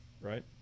right